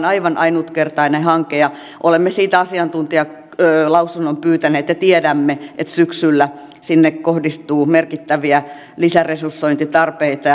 aivan ainutkertainen hanke ja olemme siitä asiantuntijalausunnon pyytäneet ja tiedämme että syksyllä sinne kohdistuu merkittäviä lisäresursointitarpeita